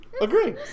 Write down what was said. Agree